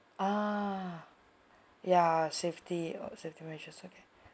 ah ya safety oh safety measures okay